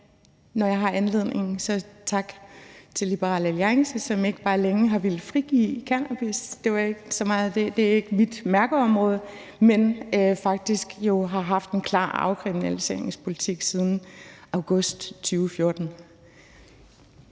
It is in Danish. vil jeg sige tak til Liberal Alliance, som ikke bare længe har villet frigive cannabis – det er ikke så meget min mærkesag – men som jo faktisk har haft en klar afkriminaliseringspolitik siden august 2014.